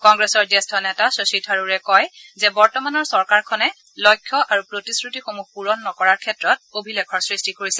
কংগ্ৰেছৰ জ্যেষ্ঠ নেতা শশী থাৰুৰে কয় যে বৰ্তমানৰ চৰকাৰখনে লক্ষ্য আৰু প্ৰতিশ্ৰতিসমূহ পুৰণ নকৰাৰ ক্ষেত্ৰত অভিলেখৰ সৃষ্টি কৰিছে